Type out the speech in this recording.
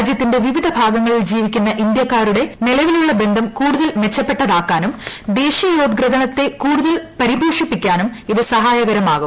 രാജ്യത്തിന്റെ വിവിധ ഭാഗങ്ങളിൽ ജീവിക്കുന്ന ഇന്ത്യക്കാരുടെ നിലവിലുള്ള ബന്ധം കൂടുതൽ മെച്ചപ്പെട്ടതാക്കാനും ദേശീയോദ്ഗ്രഥനത്തെ കൂടുതൽ പരിപോഷിപ്പിക്കാനും ഇത് സഹായകരമാകും